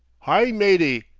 hi, matey!